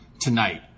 tonight